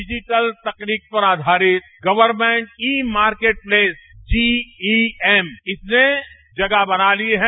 digital तकनीक पर आधारित government e market place GEM में जगह बना ली है